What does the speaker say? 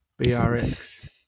BRX